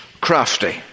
crafty